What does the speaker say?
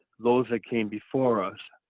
those that came before us.